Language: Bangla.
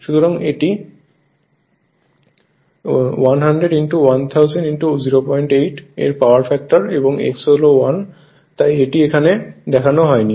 সুতরাং এটি 100 1000 08 এর পাওয়ার ফ্যাক্টর এবং x হল 1 তাই এটি এখানে দেখানো হয়নি